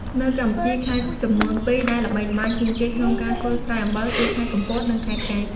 នៅកម្ពុជា ខេត្តចំនួនពីរដែលល្បីល្បាញជាងគេក្នុងការធ្វើស្រែអំបិលគឺ ខេត្តកំពត និងខេត្តកែប។